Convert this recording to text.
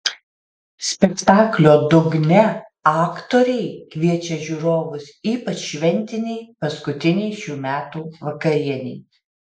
spektaklio dugne aktoriai kviečia žiūrovus ypač šventinei paskutinei šių metų vakarienei